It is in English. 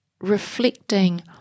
reflecting